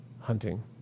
hunting